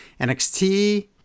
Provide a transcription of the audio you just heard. NXT